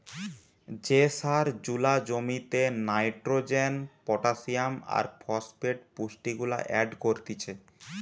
যে সার জুলা জমিতে নাইট্রোজেন, পটাসিয়াম আর ফসফেট পুষ্টিগুলা এড করতিছে